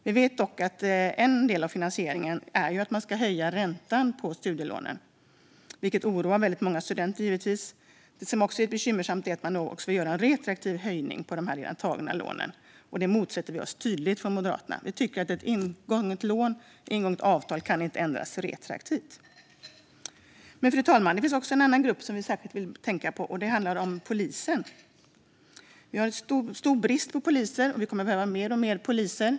Vi vet dock att en del av finansieringen är att man ska höja räntan på studielånen, vilket givetvis oroar många studenter. Det är också bekymmersamt att man vill göra en retroaktiv höjning av räntan på redan tagna lån. Det motsätter vi oss tydligt från Moderaterna. Vi tycker att ett ingånget lån, ett ingånget avtal, inte kan ändras retroaktivt. Fru talman! Det finns en annan grupp som vi särskilt tänker på, och det är polisen. Vi har en stor brist på poliser, och vi kommer att behöva allt fler poliser.